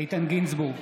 איתן גינזבורג,